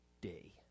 day